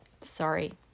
sorry